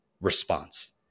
response